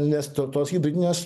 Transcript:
nes to tos hibridinės